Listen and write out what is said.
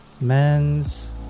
Men's